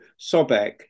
Sobek